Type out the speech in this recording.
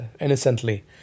innocently